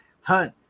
Hunt